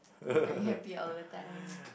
are you happy all the time